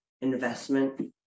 investment